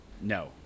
No